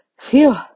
Phew